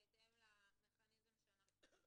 בהתאם למכניזם שקבענו